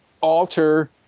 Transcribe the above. alter